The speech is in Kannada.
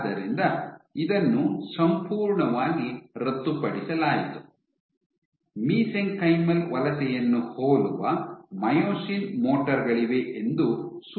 ಆದ್ದರಿಂದ ಇದನ್ನು ಸಂಪೂರ್ಣವಾಗಿ ರದ್ದುಪಡಿಸಲಾಯಿತು ಮೈಸೆಂಕೈಮಲ್ ವಲಸೆಯನ್ನು ಹೋಲುವ ಮೈಯೋಸಿನ್ ಮೋಟರ್ ಗಳಿವೆ ಎಂದು ಸೂಚಿಸುತ್ತದೆ